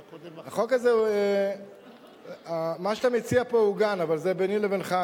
מה שאתה מציע פה עוגן, אבל זה ביני לבינך.